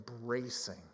embracing